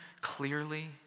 clearly